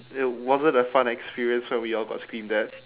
it wasn't a fun experience when we all got screamed at